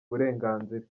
uburenganzira